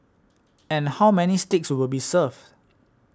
and how many steaks will be served